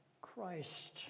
Christ